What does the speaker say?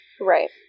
Right